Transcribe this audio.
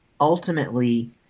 ultimately